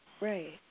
Right